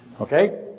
Okay